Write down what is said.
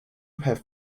have